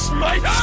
Smite